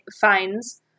finds